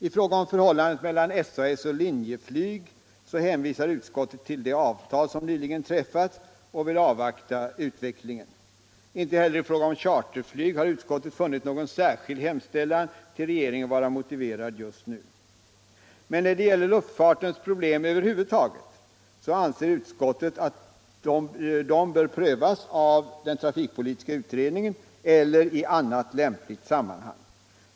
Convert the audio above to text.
I fråga om förhållandet mellan SAS och Linjeflyg hänvisar utskottet till det avtal som nyligen träffats och vill avvakta utvecklingen. Inte heller i fråga om charterflyg har utskottet funnit någon särskild hemställan till regeringen vara motiverad just nu. | I fråga om luftfartens problem över huvud taget anser utskottet att dessa bör prövas av trafikpolitiska utredningen eller i annat lämpligt sammanhang.